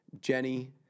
Jenny